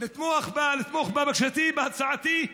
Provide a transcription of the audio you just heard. לתמוך בבקשתי, בהצעתי,